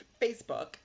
Facebook